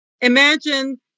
Imagine